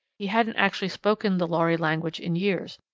he hadn't actually spoken the lhari language in years,